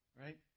right